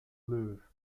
louvre